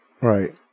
Right